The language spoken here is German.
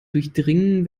durchdringen